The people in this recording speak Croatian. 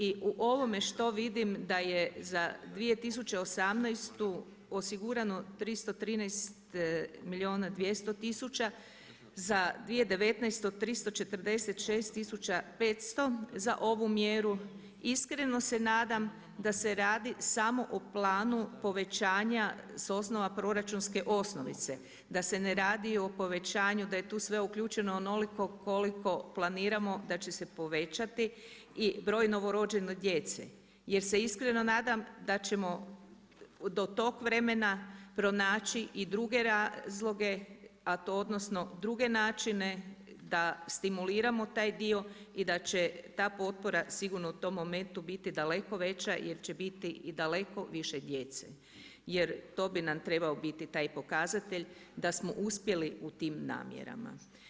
I u ovome što vidim da je za 2018. osigurano 313 milijuna 200 tisuća, za 2019. 346500, za ovu mjeru iskreno se nadam da se radi samo o planu povećanja s osnova proračunske osnovice, da se ne radi o povećanju da je tu sve uključeno onoliko koliko planiramo da će se povećati i broj novorođene djece jer se iskreno nadam da ćemo do tog vremena pronaći i druge razloge, odnosno druge načine da stimuliramo taj dio i da će ta potpora sigurno u tom momentu biti daleko veća jer će biti i daleko više djece jer to bi nam trebao biti taj pokazatelj da smo uspjeli u tim namjerama.